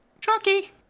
Chucky